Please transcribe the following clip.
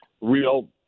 real –